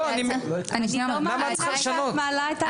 למה את צריכה לשנות?